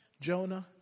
Jonah